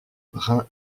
brun